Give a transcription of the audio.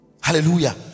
Hallelujah